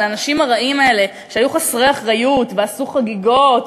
האנשים הרעים האלה שהיו חסרי אחריות ועשו חגיגות.